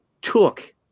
took